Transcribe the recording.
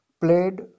played